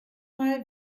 mal